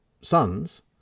sons